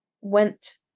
went